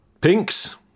Pinks